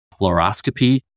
fluoroscopy